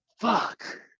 fuck